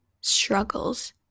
struggles